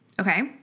Okay